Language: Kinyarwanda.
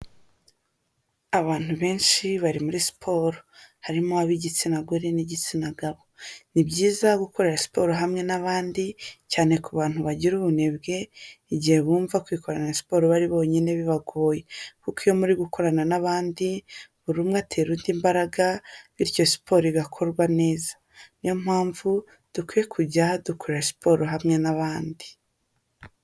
Abantu benshi bari muri siporo. Harimo ab'igitsina gore n'igitsina gabo. Ni byiza gukorera siporo hamwe n'abandi, cyane ku bantu bagira ubunebwe igihe bumva kwikorana siporo bari bonyine bibagoye. Kuko iyo muri gukorana n'abandi buri umwe atera undi imbaraga, bityo siporo igakorwa neza. Niyo mpamvu dukwiye kujya dukorera siporo hamwe n'abandi.